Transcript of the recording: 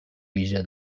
ویژه